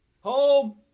Home